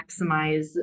maximize